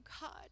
God